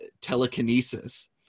telekinesis